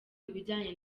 ibijyanye